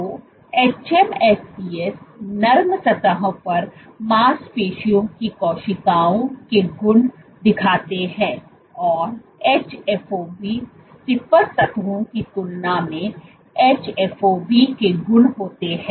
तो hMSCs नरम सतहों पर मांसपेशियों की कोशिकाओं के गुण दिखाते हैं और hFOB stiffer सतहों की तुलना में hFOB के गुण होते हैं